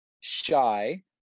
shy